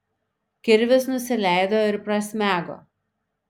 kirvis nusileido ir prasmego